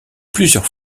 plusieurs